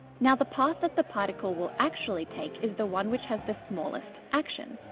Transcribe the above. now, the path that the particle will actually take is the one which has the smallest action.